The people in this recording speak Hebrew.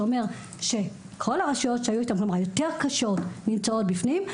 זה אומר שכל הרשויות היותר קשות נמצאות בפנים.